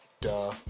duh